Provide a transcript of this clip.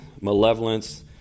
malevolence